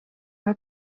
hat